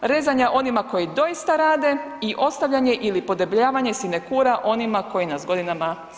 rezanja onima koji doista rade i ostavljanje ili podebljavanje sinekura onima koji nas godinama cijede.